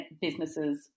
businesses